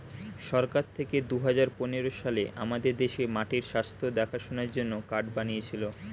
সরকার থেকে দুহাজার পনেরো সালে আমাদের দেশে মাটির স্বাস্থ্য দেখাশোনার জন্যে কার্ড বানিয়েছিলো